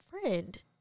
friend